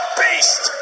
beast